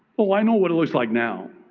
well, i know what it looks like now.